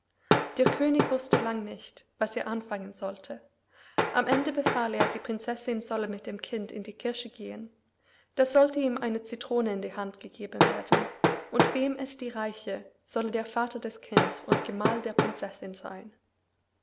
der könig wußte lang nicht was er anfangen sollte am ende befahl er die prinzessin solle mit dem kind in die kirche gehen da sollte ihm eine citrone in die hand gegeben werden und wem es die reiche solle der vater des kinds und gemahl der prinzessin seyn